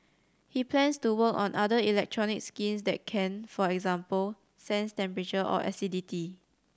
he plans to work on other electronic skins that can for example sense temperature or acidity